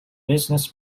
business